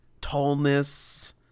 tallness